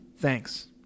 Thanks